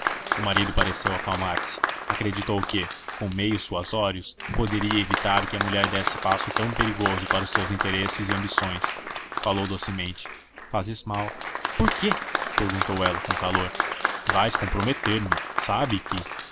o marido pareceu acalmar se acreditou que com meios suasórios poderia evitar que a mulher desse passo tão perigoso para os seus interesses e ambições falou docemente fazes mal por quê perguntou ela com calor vais comprometer se sabes que